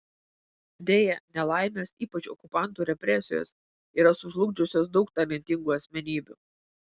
deja nelaimės ypač okupantų represijos yra sužlugdžiusios daug talentingų asmenybių